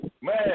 man